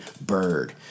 bird